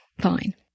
fine